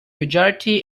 gujarati